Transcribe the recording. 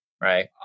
Right